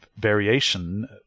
variation